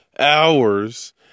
hours